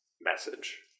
message